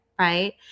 Right